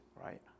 right